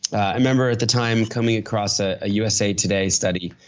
i remember at the time coming across a usa today study.